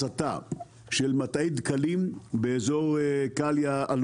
הייתה הצתה של מטעי דקלים באיזור קליה-אלמוג,